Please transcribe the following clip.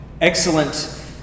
excellent